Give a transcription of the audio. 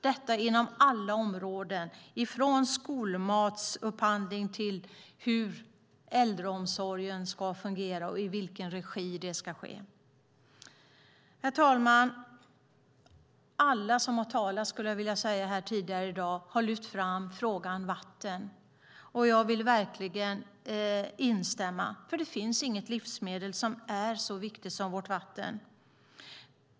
Detta gäller inom alla områden, från upphandling av skolmat till hur och i vilken regi äldreomsorgen ska utföras. Herr talman! Alla tidigare talare i dag har lyft fram frågan om vatten. Jag vill verkligen instämma. Det finns inget livsmedel som är så viktigt som vårt vatten.